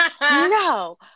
no